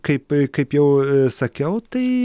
kaip kaip jau sakiau tai